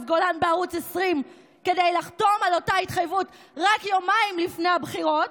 גולן בערוץ 20 כדי לחתום על אותה התחייבות רק יומיים לפני הבחירות,